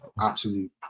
absolute